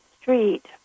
street